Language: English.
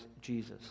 Jesus